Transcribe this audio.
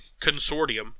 consortium